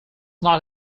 not